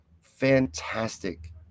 fantastic